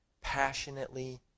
passionately